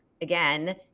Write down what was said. again